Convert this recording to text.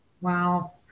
Wow